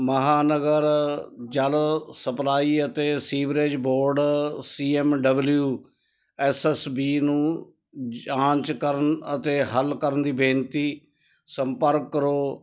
ਮਹਾਨਗਰ ਜਲ ਸਪਲਾਈ ਅਤੇ sewerage board C M W S S B ਨੂੰ ਜਾਂਚ ਕਰਨ ਅਤੇ ਹੱਲ ਕਰਨ ਦੀ ਬੇਨਤੀ ਸੰਪਰਕ ਕਰੋ